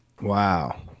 Wow